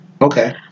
Okay